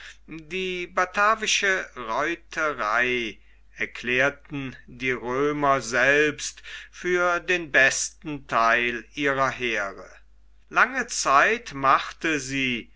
die batavische reiterei erklärten die römer selbst für den besten theil ihrer heere lange zeit machte sie